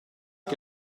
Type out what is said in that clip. che